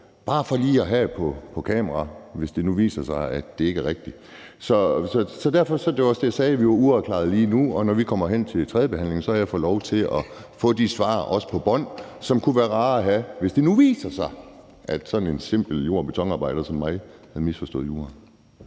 bare for lige at have det på kamera, hvis det nu viser sig, at det ikke er rigtigt. Så derfor, og det var også det, jeg sagde, er vi uafklarede lige nu, og når vi kommer hen til tredjebehandlingen, har jeg fået lov til at få de svar, også på bånd, som kunne være rare at have, hvis det nu viser sig, at sådan en simpel jord- og betonarbejder som mig har misforstået juraen.